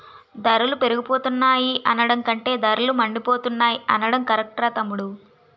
ధరలు పెరిగిపోతున్నాయి అనడం కంటే ధరలు మండిపోతున్నాయ్ అనడం కరెక్టురా తమ్ముడూ